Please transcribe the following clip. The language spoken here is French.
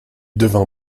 devint